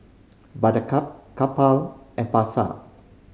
Buttercup Kappa and Pasar